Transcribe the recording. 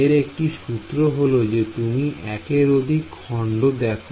এর একটি সূত্র হল যে তুমি একের অধিক খন্ডকে দেখো